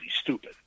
stupid